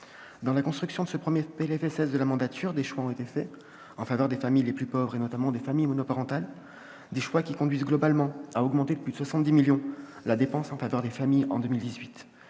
Dans la construction de ce premier PLFSS de la mandature, des choix ont été faits en faveur des familles les plus pauvres, et notamment des familles monoparentales. Ces choix conduisent globalement à augmenter de plus de 70 millions d'euros la dépense en faveur des familles en 2018.